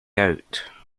out